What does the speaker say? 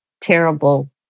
terrible